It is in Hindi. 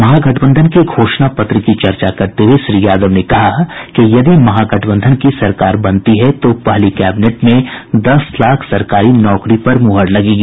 महागठबंधन के घोषणा पत्र की चर्चा करते हये श्री यादव ने कहा कि यदि महागठबंधन की सरकार बनती है तो पहली कैबिनेट में दस लाख सरकारी नौकरी पर मुहर लगेगी